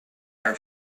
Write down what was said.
are